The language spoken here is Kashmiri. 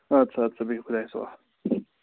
اَدٕ سا اَدٕ سا بِہِو خۄدایس حوال